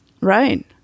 Right